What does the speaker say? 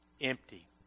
Empty